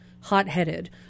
hot-headed